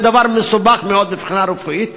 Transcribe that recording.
זה דבר מסובך מאוד מבחינה רפואית.